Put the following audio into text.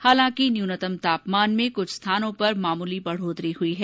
हालांकि न्यूनतम तापमान में कुछ स्थानों पर मामूली बढ़ोतरी हुई है